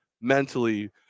mentally